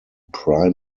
prime